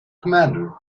commander